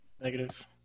Negative